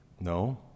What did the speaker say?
No